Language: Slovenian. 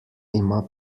ima